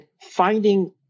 finding